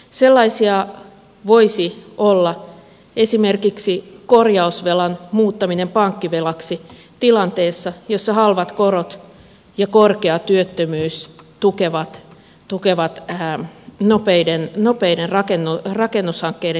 sellaisia voisivat olla esimerkiksi korjausvelan muuttaminen pankkivelaksi tilanteessa jossa halvat korot ja korkea työttömyys tukevat nopeiden rakennushankkeiden käynnistämistä